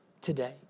today